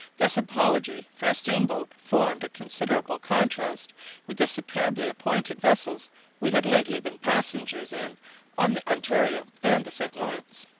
this apology for a steam-boat formed a considerable contrast with the superbly-appointed vessels we had lately been passengers in on the ontario and the st. laurence.